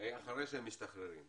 אחרי שהם משתחררים.